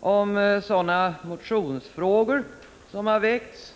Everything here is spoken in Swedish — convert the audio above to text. i fråga om motioner som har väckts.